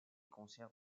concerts